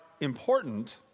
important